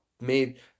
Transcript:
made